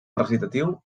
recitatiu